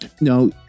No